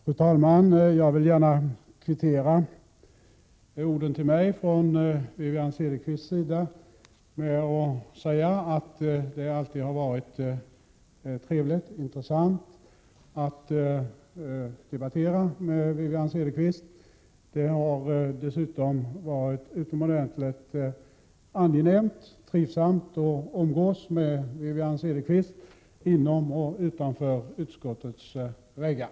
Fru talman! Jag vill gärna kvittera orden till mig från Wivi-Anne Cederqvist med att säga att det alltid har varit trevligt och intressant att debattera med Wivi-Anne Cederqvist. Det har dessutom varit utomordentligt angenämt och trivsamt att umgås med Wivi-Anne Cederqvist inom och utanför utskottets väggar.